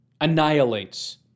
Annihilates